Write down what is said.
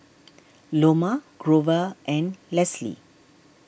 Loma Grover and Leslie